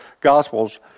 gospels